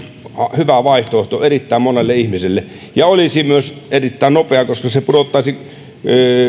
hyvä vaihtoehto erittäin monelle ihmiselle ja olisi myös erittäin nopea koska se pudottaisi